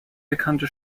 bekannte